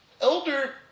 elder